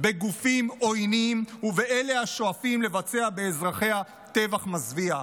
בגופים עוינים ובאלה השואפים לבצע באזרחיה טבח מזוויע.